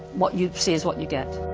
what you see is what you get.